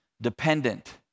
dependent